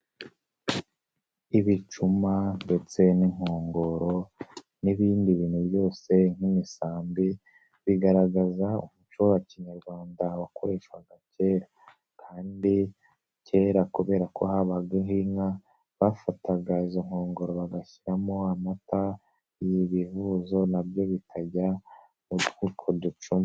Ibicuma ndetse n'inkongoro n'ibindi bintu byose nk'imisambi, bigaragaza umuco wa kinyarwanda wakoreshwaga kera kandi kera kubera ko habagaho inka, bafataga izo nkongoro bagashyiramo amata, ibivuzo na byo bikajya muri utwo ducuma.